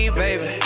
baby